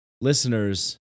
listeners